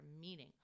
meaning